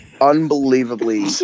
unbelievably